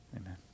Amen